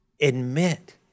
Admit